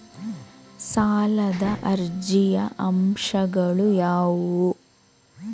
ಸಾಲದ ಅರ್ಜಿಯ ಅಂಶಗಳು ಯಾವುವು?